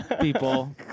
people